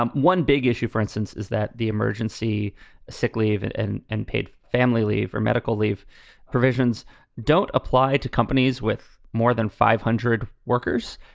um one big issue, for instance, is that the emergency sick leave and and and paid family leave or medical leave provisions don't apply to companies with more than five hundred workers.